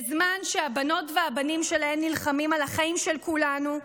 בזמן שהבנות והבנים שלהן נלחמים על החיים של כולנו,